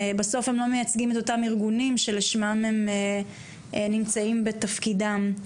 בסוף הם לא מייצגים את אותם ארגונים שלשמם הם נמצאים בתפקידם.